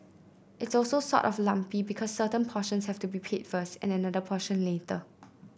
it's also sort of lumpy because certain portions have to be paid first and another portion later